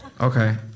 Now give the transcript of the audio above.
Okay